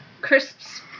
crisps